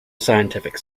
scientific